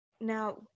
Now